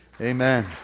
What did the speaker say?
Amen